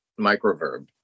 Microverb